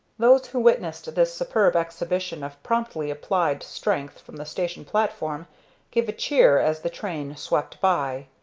those who witnessed this superb exhibition of promptly applied strength from the station platform gave a cheer as the train swept by,